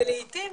לעתים